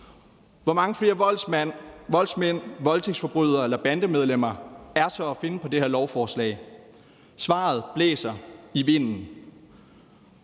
Hvor mange flere voldsmænd, voldtægtsforbrydere eller bandemedlemmer er så at finde på det her lovforslag? Svaret blæser i vinden.